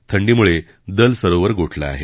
थंडीमुळे दल सरोवर गोठलं आहे